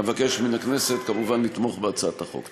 אבקש מהכנסת, כמובן, לתמוך בהצעת החוק.